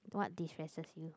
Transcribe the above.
what destresses you